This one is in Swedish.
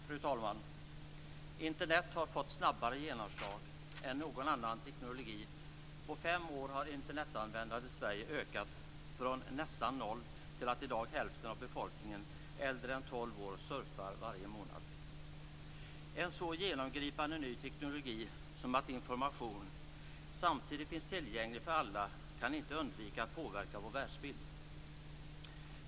Fru talman! Internet har fått snabbare genomslag än någon annan teknik. På fem år har Internetanvändandet i Sverige ökat från nästan noll till att i dag hälften av befolkningen över tolv år surfar varje månad. En sådan genomgripande ny teknik där information samtidigt finns tillgänglig för alla kan inte undgå att påverka vår världsbild.